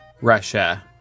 Russia